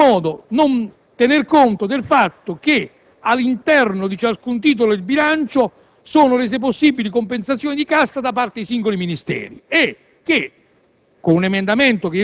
in qualche modo, non tener conto del fatto che, all'interno di ciascun titolo di bilancio, sono rese possibili compensazioni di cassa da parte dei singoli Ministeri; con